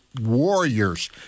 warriors